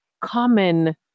common